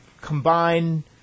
combine